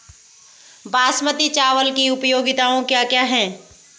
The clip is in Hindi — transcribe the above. बासमती चावल की उपयोगिताओं क्या क्या हैं?